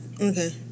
Okay